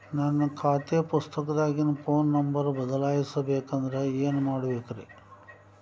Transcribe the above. ನನ್ನ ಖಾತೆ ಪುಸ್ತಕದಾಗಿನ ಫೋನ್ ನಂಬರ್ ಬದಲಾಯಿಸ ಬೇಕಂದ್ರ ಏನ್ ಮಾಡ ಬೇಕ್ರಿ?